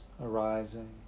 arising